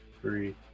three